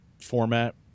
format